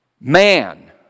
man